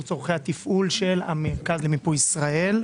צרכי התפעול של המרכז למיפוי ישראל.